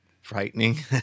frightening